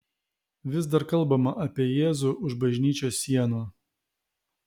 vis dar kalbama apie jėzų už bažnyčios sienų